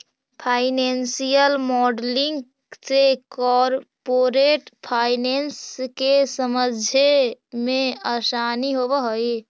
financial modelling से corporate finance के समझे मेंअसानी होवऽ हई